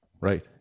Right